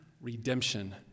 redemption